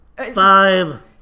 Five